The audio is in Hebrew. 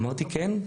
אמרתי כן.